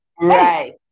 right